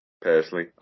personally